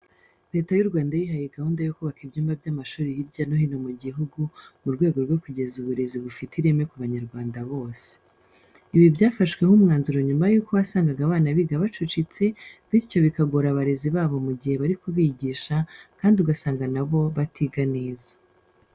Leta y'u Rwanda yihaye gahunda yo kubaka ibyumba by'amashuri hirya no hino mu gihugu mu rwego rwo kugeza uburezi bufite ireme ku banyarwanda bose. Ibi byafashweho umwanzuro nyuma yuko wasangaga abana biga bacucitse, bityo bikagora abarezi babo mu gihe bari kubigisha kandi ugasanga na bo batiga neza.